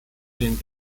den